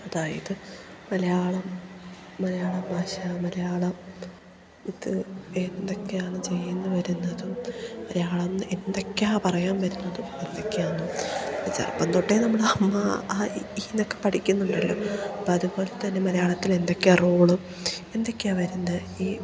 അതായത് മലയാളം മലയാള ഭാഷ മലയാളം ഇത് എന്തൊക്കെയാണ് ചെയ്തു വരുന്നതും മലയാളം എന്ന് എന്തൊക്കെയാണ് പറയാൻ വരുന്നതും എന്തൊക്കെയാണ് ചെറുപ്പം തൊട്ടേ നമ്മൾ അമ്മ ആ ഇ ഈ എന്നൊക്കെ പഠിക്കുന്നുണ്ടല്ലോ അപ്പം അതുപോലെ തന്നെ മലയാളത്തിൽ എന്തൊക്കെയാണ് റൂള് എന്തൊക്കെയാണ് വരുന്നത് ഈ